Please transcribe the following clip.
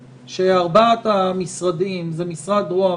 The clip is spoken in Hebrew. שארבעת המשרדים הם משרד ראש הממשלה,